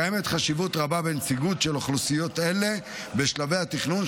קיימת חשיבות רבה בנציגות של אוכלוסיות אלה בשלבי התכנון,